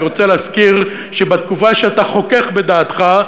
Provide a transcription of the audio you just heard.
אני רוצה להזכיר שבתקופה שאתה חוכך בדעתך,